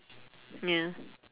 ya